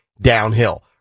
downhill